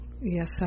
Yes